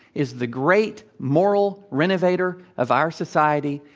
is the great moral renovator of our society,